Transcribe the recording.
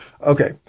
Okay